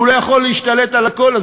הוא לא יכול להשתלט על הכול,